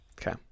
Okay